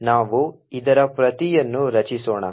ಆದ್ದರಿಂದ ನಾವು ಇದರ ಪ್ರತಿಯನ್ನು ರಚಿಸೋಣ